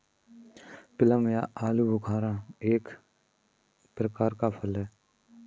plum या आलूबुखारा एक प्रकार का फल है